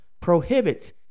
prohibits